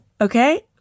Okay